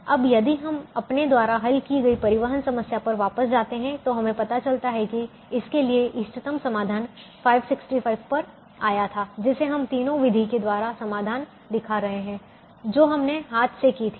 अब यदि हम अपने द्वारा हल की गई परिवहन समस्या पर वापस जाते हैं तो हमें पता चलता है कि इसके लिए इष्टतम समाधान 565 पर आया था जिसे हम तीनों विधि के द्वारा समाधान दिखा रहे हैं जो हमने हाथ से कीं थी